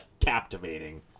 captivating